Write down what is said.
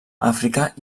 àfrica